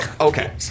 okay